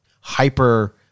hyper